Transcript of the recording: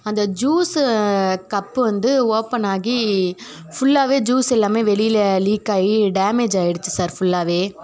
அந்த juice cup வந்து ஓப்பனாகி ஃபுல்லாவே ஜூஸ் எல்லாமே வெளியில லீக் ஆகி டேமேஜ் ஆகிடுச்சி சார் ஃபுல்லாகவே